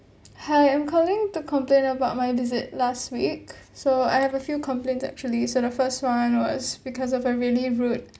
hi I'm calling to complain about my visit last week so I have a few complaints actually so the first [one] was because of a really rude